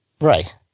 Right